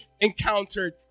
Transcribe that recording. encountered